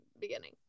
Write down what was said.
beginning